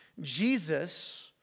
Jesus